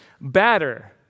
batter